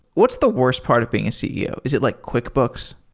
what's the worst part of being a ceo? is it like quickbooks?